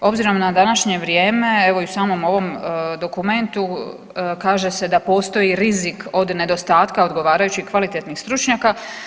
Obzirom na današnje vrijeme, evo i u samom ovom dokumentu kaže se da postoji rizik od nedostatka odgovarajućih kvalitetnih stručnjaka.